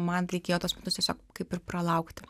man reikėjo tuos metus tiesiog kaip ir pralaukti